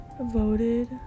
voted